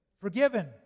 Forgiven